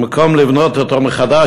במקום לבנות אותו מחדש,